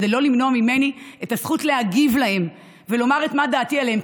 כדי לא למנוע ממני את הזכות להגיב עליהם ולומר מה דעתי עליהם.